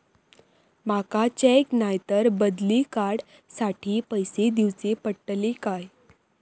माका चेक नाय तर बदली कार्ड साठी पैसे दीवचे पडतले काय?